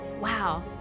Wow